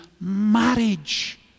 marriage